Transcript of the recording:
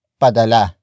padala